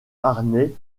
harnais